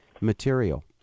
material